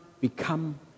become